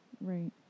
Right